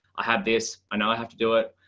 i have this, i know i have to do it.